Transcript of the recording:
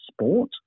sport